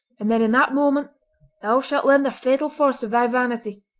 and then in that moment thou shalt learn the fatal force of thy vanity.